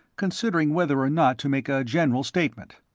considering whether or not to make a general statement.